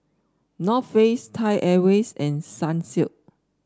North Face Thai Airways and Sunsilk